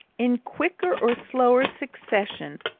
in quicker or slower succession,